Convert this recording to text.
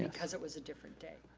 because it was a different day.